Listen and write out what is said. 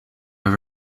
have